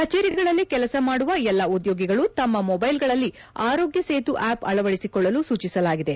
ಕಚೇರಿಗಳಲ್ಲಿ ಕೆಲಸ ಮಾಡುವ ಎಲ್ಲಾ ಉದ್ಯೋಗಿಗಳು ತಮ್ಮ ಮೊಬ್ಮೆಲ್ಗಳಲ್ಲಿ ಆರೋಗ್ನ ಸೇತು ಆಪ್ ಅಳವಡಿಸಿಕೊಳ್ಳಲು ಸೂಚಿಸಲಾಗಿದೆ